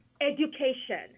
education